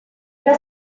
era